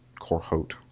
Corhote